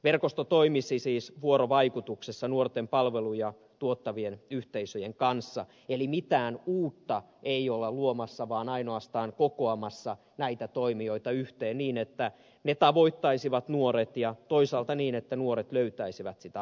verkosto toimisi siis vuorovaikutuksessa nuorten palveluja tuottavien yhteisöjen kanssa eli mitään uutta ei olla luomassa vaan ainoastaan kokoamassa näitä toimijoita yhteen niin että ne tavoittaisivat nuoret ja toisaalta että nuoret löytäisivät sitä apua